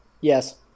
Yes